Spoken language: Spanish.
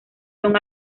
son